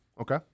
Okay